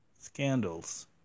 scandals